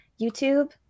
YouTube